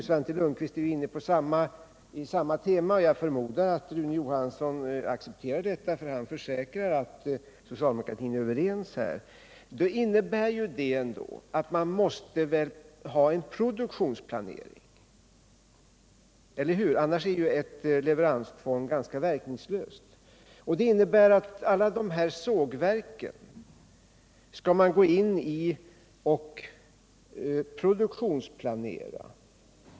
Svante Lundkvist var inne på samma tema, och jag förmodar att Rune Johansson accepterar detta, eftersom han förutsätter att socialdemokraterna är överens. Och menar ni allvar med dessa påståenden innebär det att man måste ha en produktionsplanering. Annars är ett leveranstvång ganska verkningslöst. Det betyder att man skall gå in i alla — Nr 107 de här sågverken och göra produktionsplanering.